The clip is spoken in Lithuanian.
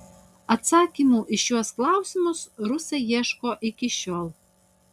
atsakymų į šiuos klausimus rusai ieško iki šiol